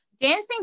dancing